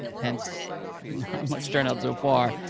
hence not much turnout so far,